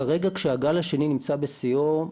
כרגע כשהגל השני נמצא בשיאו,